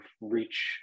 reach